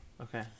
okay